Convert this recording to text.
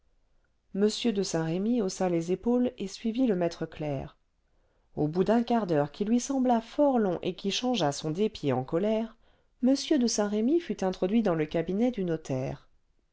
m de saint-remy haussa les épaules et suivit le maître clerc au bout d'un quart d'heure qui lui sembla fort long et qui changea son dépit en colère m de saint-remy fut introduit dans le cabinet du notaire